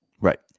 Right